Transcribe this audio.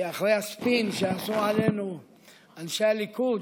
כי אחרי הספין שעשו עלינו אנשי הליכוד,